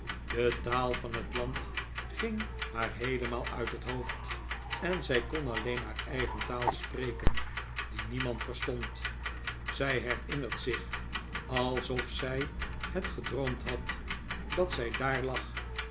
de taal van het land ging haar heelemaal uit het hoof d en zij kon alleen haar eigen taal spreken die niemand verstond zij herinnert zich alsof zij het gedroomd had dat zij daar lag